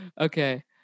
Okay